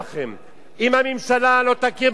אם הממשלה לא תכיר במבחני סאלד,